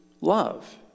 love